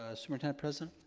ah superintendent-president?